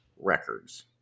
records